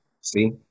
See